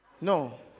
No